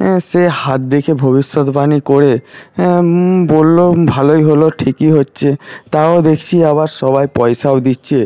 হ্যাঁ সে হাত দেখে ভবিষ্যতবাণী করে হ্যাঁ বললো ভালোই হল ঠিকই হচ্ছে তাও দেখছি আবার সবাই পয়সাও দিচ্ছে